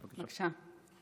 בבקשה.